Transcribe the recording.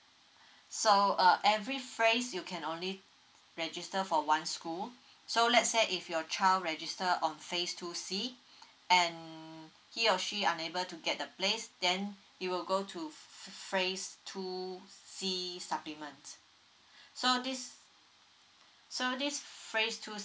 so uh every phrase you can only register for one school so let's say if your child register on face two c and he or she unable to get the place then it will go to phrase two c supplements so this so this phrase two